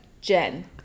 Jen